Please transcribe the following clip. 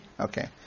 Okay